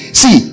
see